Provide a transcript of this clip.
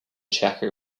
chaco